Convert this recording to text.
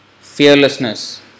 fearlessness